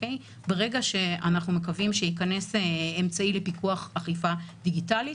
אנחנו מקווים שייכנס אמצעי לפיקוח אכיפה דיגיטלית,